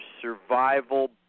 Survival